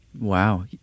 Wow